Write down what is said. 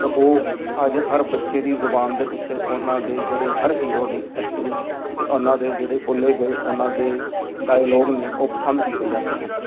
ਤਾਂ ਉਹ ਅੱਜ ਹਰ ਬੱਚੇ ਦੀ ਜ਼ੁਬਾਨ ਦੇ ਉੱਤੇ ਉਹਨਾਂ ਦੇ ਜਿਹੜੇ ਹਰ ਹੀਰੋ ਦੀ ਐਕਟਿੰਗ ਅਤੇ ਉਹਨਾਂ ਦੇ ਜਿਹੜੇ ਬੋਲੇ ਗਏ ਉਹਨਾਂ ਦੇ ਡਾਇਲੋਗ ਨੇ ਉਹ ਪਸੰਦ ਕੀਤੇ ਜਾਂਦੇ ਹਨ